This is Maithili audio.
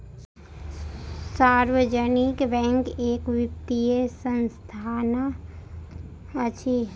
सार्वजनिक बैंक एक वित्तीय संस्थान अछि